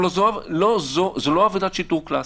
פה זו לא עבודת שיטור קלסית.